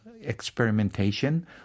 experimentation